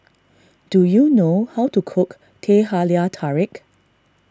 do you know how to cook Teh Halia Tarik